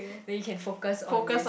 then you can focus on this